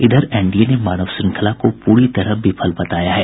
इधर एनडीए ने मानव श्रृंखला को पूरी तरह विफल बताया है